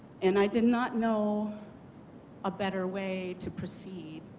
and i did not know a better way to proceed.